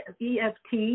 eft